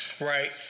right